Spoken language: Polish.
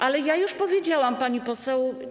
Ale ja już powiedziałam, pani poseł.